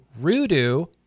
Rudu